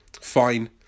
fine